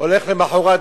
הולך למחרת,